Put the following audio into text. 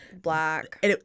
black